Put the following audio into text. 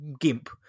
Gimp